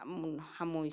সামৰিছোঁ